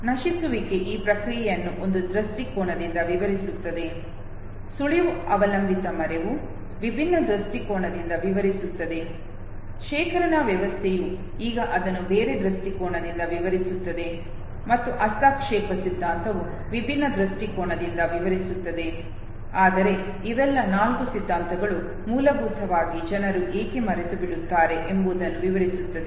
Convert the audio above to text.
ನಶಿಸುವಿಕೆ ಈ ಪ್ರಕ್ರಿಯೆಯನ್ನು ಒಂದು ದೃಷ್ಟಿಕೋನದಿಂದ ವಿವರಿಸುತ್ತದೆ ಸುಳಿವು ಅವಲಂಬಿತ ಮರೆವು ವಿಭಿನ್ನ ದೃಷ್ಟಿಕೋನದಿಂದ ವಿವರಿಸುತ್ತದೆ ಶೇಖರಣಾ ವ್ಯವಸ್ಥೆಯು ಈಗ ಅದನ್ನು ಬೇರೆ ದೃಷ್ಟಿಕೋನದಿಂದ ವಿವರಿಸುತ್ತದೆ ಮತ್ತು ಹಸ್ತಕ್ಷೇಪ ಸಿದ್ಧಾಂತವು ವಿಭಿನ್ನ ದೃಷ್ಟಿಕೋನದಿಂದ ವಿವರಿಸುತ್ತದೆ ಆದರೆ ಇವೆಲ್ಲ ನಾಲ್ಕು ಸಿದ್ಧಾಂತಗಳು ಮೂಲಭೂತವಾಗಿ ಜನರು ಏಕೆ ಮರೆತುಬಿಡುತ್ತಾರೆ ಎಂಬುದನ್ನು ವಿವರಿಸುತ್ತವೆ